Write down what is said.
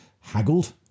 haggled